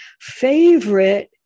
favorite